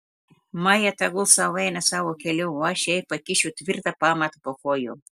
maja tegul sau eina savo keliu o aš jai pakišiu tvirtą pamatą po kojom